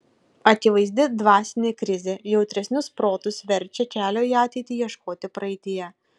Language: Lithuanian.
akivaizdi dvasinė krizė jautresnius protus verčia kelio į ateitį ieškoti praeityje